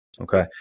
okay